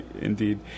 Indeed